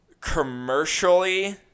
commercially